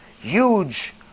huge